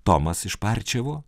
tomas iš parčevo